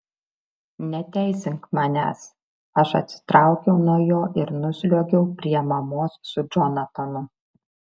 neteisink manęs aš atsitraukiau nuo jo ir nusliuogiau prie mamos su džonatanu